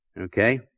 Okay